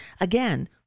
again